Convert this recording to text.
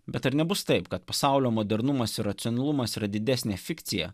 bet ar nebus taip kad pasaulio modernumas ir racionalumas yra didesnė fikcija